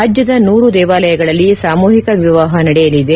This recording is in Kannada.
ರಾಜ್ಯದ ನೂರು ದೇವಾಲಯಗಳಲ್ಲಿ ಸಾಮೂಹಿಕ ವಿವಾಹ ನಡೆಯಲಿದೆ